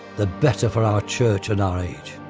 the better for our church and our age.